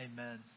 Amen